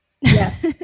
yes